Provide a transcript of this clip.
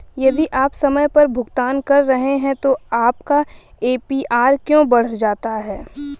यदि आप समय पर भुगतान कर रहे हैं तो आपका ए.पी.आर क्यों बढ़ जाता है?